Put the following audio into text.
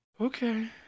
Okay